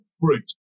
fruit